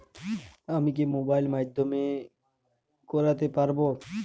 আমি কি মোবাইলের মাধ্যমে করতে পারব?